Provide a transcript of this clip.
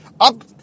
Up